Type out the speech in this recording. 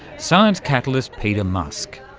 science catalyst peter musk.